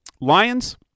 Lions